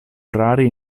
rari